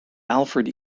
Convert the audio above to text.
alfred